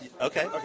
Okay